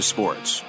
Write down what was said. Sports